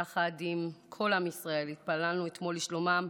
יחד עם כל עם ישראל התפללנו אתמול לשלומם,